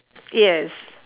yes